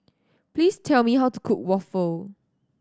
please tell me how to cook waffle